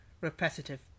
repetitive